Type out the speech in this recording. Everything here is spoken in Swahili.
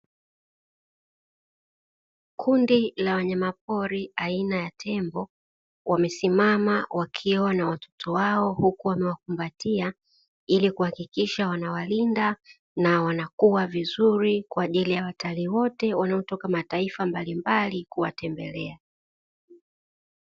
Kundi la wanyamapori aina ya tembo wamesimama wakiwa na watoto wao huku wamewakumbatia, ili kuhakikisha wanawalinda na wanakua vizuri kwa ajili ya watalii wote wanaotoka mataifa mbalimbali kuwatembelea.